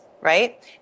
right